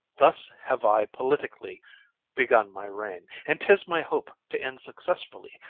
thus have i politicly begun my reign, and tis my hope to end successfully.